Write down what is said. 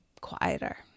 quieter